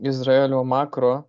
izraelio makro